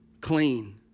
clean